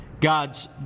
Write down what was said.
God's